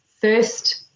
first